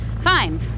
Fine